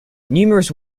numerous